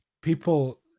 people